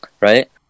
right